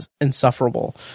insufferable